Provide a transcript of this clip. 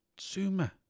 Zuma